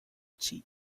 tea